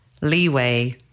leeway